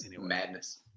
Madness